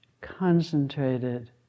concentrated